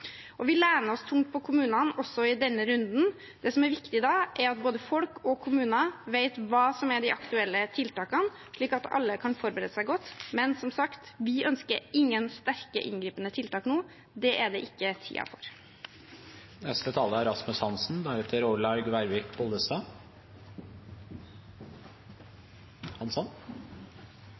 å ta i bruk akkurat dette tiltaket. Vi lener oss tungt på kommunene også i denne runden. Det som er viktig da, er at både folk og kommuner vet hva som er de aktuelle tiltakene, slik at alle kan forberede seg godt. Men som sagt: Vi ønsker ingen sterke, inngripende tiltak nå. Dette er ikke tiden for